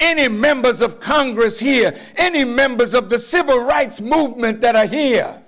any members of congress here any members of the civil rights movement that idea